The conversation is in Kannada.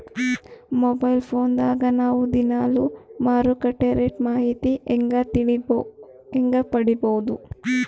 ಮೊಬೈಲ್ ಫೋನ್ ದಾಗ ನಾವು ದಿನಾಲು ಮಾರುಕಟ್ಟೆ ರೇಟ್ ಮಾಹಿತಿ ಹೆಂಗ ಪಡಿಬಹುದು?